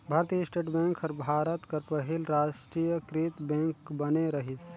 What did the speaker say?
भारतीय state bank हर भारत कर पहिल रास्टीयकृत बेंक बने रहिस